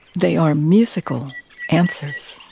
they are musical answers.